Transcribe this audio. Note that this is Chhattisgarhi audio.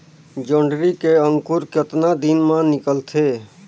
जोंदरी के अंकुर कतना दिन मां निकलथे?